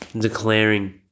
declaring